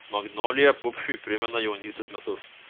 magnolija pupšiui primena jaunystės metus